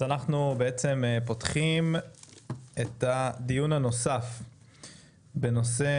אני פותח את הדיון הנוסף בנושא: